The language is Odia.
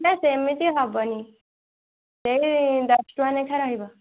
ନାହିଁ ସେମିତି ହବନି ସେଇ ଦଶଟଙ୍କା ଲେଖା ରହିବ